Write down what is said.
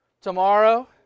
tomorrow